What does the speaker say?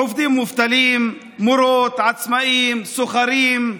עובדים מובטלים, מורות, עצמאים, סוחרים,